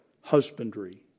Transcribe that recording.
husbandry